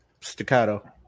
Staccato